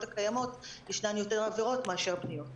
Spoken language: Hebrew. הקיימות ישנן יותר עבירות מאשר פניות.